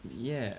yeah